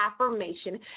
affirmation